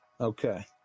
Okay